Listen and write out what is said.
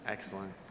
Excellent